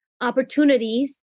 opportunities